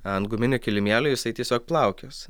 ant guminio kilimėlio jisai tiesiog plaukios